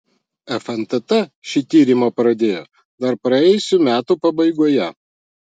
fntt šį tyrimą pradėjo dar praėjusių metų pabaigoje